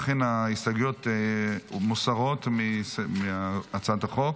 לכן ההסתייגויות מוסרות מהצעת החוק.